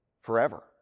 forever